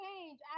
change